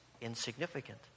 insignificant